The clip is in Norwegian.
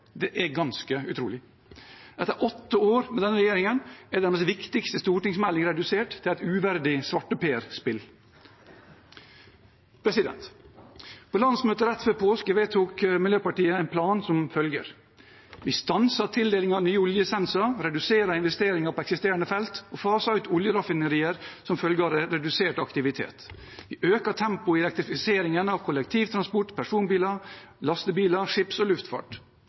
Det er ganske utrolig. Etter åtte år med denne regjeringen er deres viktigste stortingsmelding redusert til et uverdig svarteperspill. På landsmøtet rett før påske vedtok Miljøpartiet De Grønne en plan som følger: Vi stanser tildeling av nye oljelisenser, reduserer investeringer på eksisterende felt og faser ut oljeraffinerier som følge av redusert aktivitet. Vi øker tempoet i elektrifiseringen av kollektivtransport, personbiler, lastebiler, skips- og luftfart.